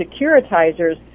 securitizers